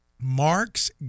Mark's